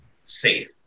safe